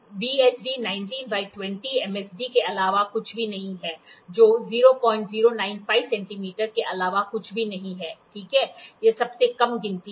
तो VSD 19 by 20 MSD के अलावा कुछ भी नहीं है जो 0095 सेंटीमीटर के अलावा कुछ भी नहीं है ठीक है यह सबसे कम गिनती है